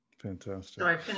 Fantastic